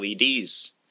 LEDs